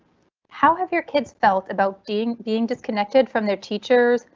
how have your kids felt about being being disconnected from their teachers,